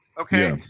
Okay